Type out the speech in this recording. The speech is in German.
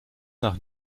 nach